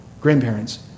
grandparents